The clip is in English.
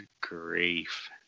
grief